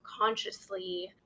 consciously